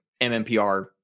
MMPR